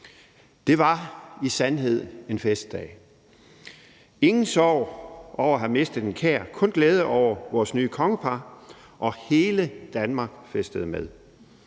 Det var i sandhed en festdag. Der var ingen sorg over at have mistet en kær, kun glæde over vores nye kongepar, og hele Danmark festede med.